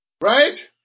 Right